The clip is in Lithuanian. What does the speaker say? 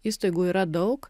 įstaigų yra daug